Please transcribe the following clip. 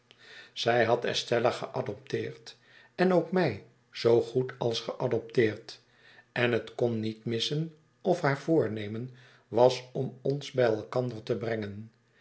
zij had estella geadopteerd en ook mij zoogoed als geadopteerd en het kon niet missen of naar voornemen was om ons bij elkander te brengen